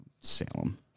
Salem